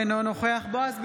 אינו נוכח בועז ביסמוט,